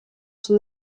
son